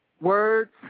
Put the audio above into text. Words